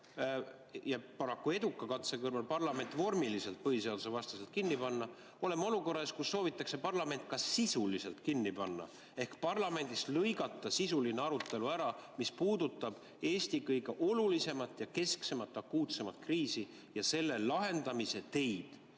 ja paraku eduka katse kõrval – parlament vormiliselt põhiseadusvastaselt kinni panna, soovitakse parlament ka sisuliselt kinni panna. Parlamendist tahetakse ära lõigata sisuline arutelu, mis puudutab Eesti kõige olulisemat, kesksemat ja akuutsemat kriisi ja selle lahendamise teid.